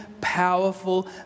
powerful